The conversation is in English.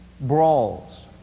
Brawls